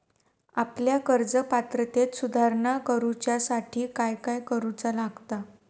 आपल्या कर्ज पात्रतेत सुधारणा करुच्यासाठी काय काय करूचा लागता?